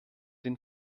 den